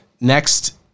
Next